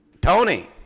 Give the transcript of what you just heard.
Tony